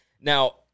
Now